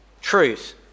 truth